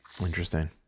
Interesting